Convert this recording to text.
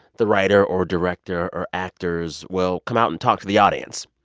the writer or director or actors will come out and talk to the audience,